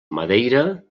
madeira